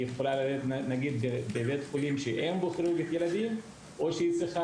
היא יכולה ללדת בבית חולים שאין בו כירורגיית ילדים או שהיא כן צריכה